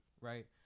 right